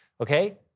okay